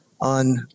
on